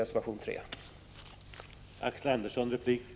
1985/86:38